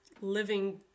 living